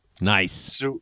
Nice